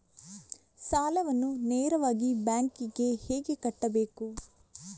ಸಾಲವನ್ನು ನೇರವಾಗಿ ಬ್ಯಾಂಕ್ ಗೆ ಹೇಗೆ ಕಟ್ಟಬೇಕು?